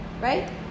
Right